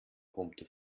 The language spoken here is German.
brummte